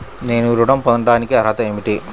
నేను ఋణం పొందటానికి అర్హత ఏమిటి?